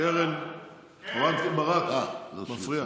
קרן ברק, את מפריעה.